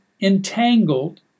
entangled